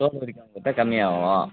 தோல் உரிக்காமல் கொடுத்தா கம்மியாகும்